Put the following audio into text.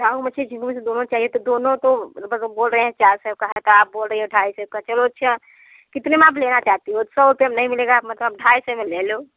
रोहू मछली झींगा में से दोनों चाहिए तो दोनों तो बोल रहे हैं चार सौ का है तो आप बोल रही हो ढाई सौ का चलो अच्छा कितने में आप लेना चाहती हो सौ रुपये में नहीं मिलेगा मतलब ढाई सौ में ले लो